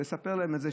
לספר להם את זה,